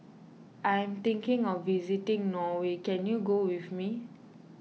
I am thinking of visiting Norway can you go with me